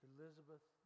Elizabeth